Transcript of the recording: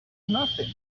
nothing